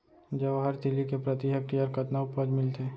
जवाहर तिलि के प्रति हेक्टेयर कतना उपज मिलथे?